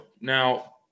Now